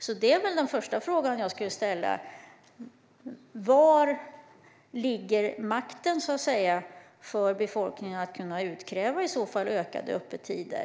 Detta är väl den första fråga som jag skulle ställa: Var ligger makten, så att säga? Var kan befolkningen utkräva ökade öppettider?